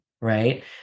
Right